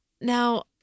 Now